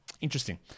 Interesting